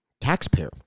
taxpayer